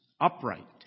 upright